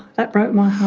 that broke my